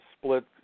split